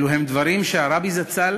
אלו דברים שהרבי זצ"ל